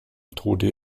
tode